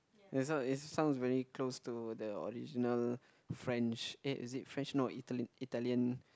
it's not it sounds very close to the original French eh is it French no Italy Italian